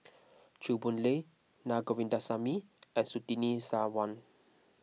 Chew Boon Lay Na Govindasamy and Surtini Sarwan